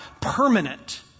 permanent